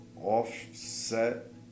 offset